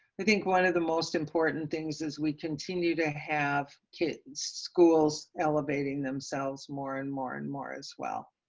i think one of the most important things as we continue to have kids' schools elevating themselves more and more and more as well.